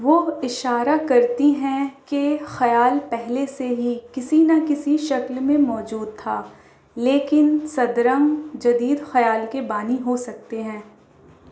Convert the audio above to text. وہ اشارہ کرتی ہیں کہ خیال پہلے سے ہی کسی نہ کسی شکل میں موجود تھا لیکن صد رنگ جدید خیال کے بانی ہو سکتے ہیں